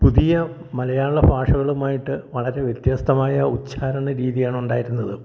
പുതിയ മലയാളഭാഷകളുമായിട്ട് വളരെ വ്യത്യസ്തമായ ഉച്ചാരണ രീതിയാണ് ഉണ്ടായിരുന്നത്